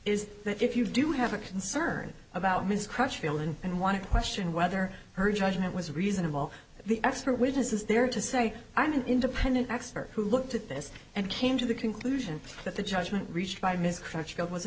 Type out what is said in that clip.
is that if you do have a concern about his crush feeling and want to question whether her judgment was reasonable the expert witness is there to say i'm an independent expert who looked at this and came to the conclusion that the judgment reached by ms crutch